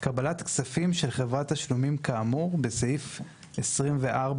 קבלת כספים של חברת תשלומים כאמור בסעיף 24(א3)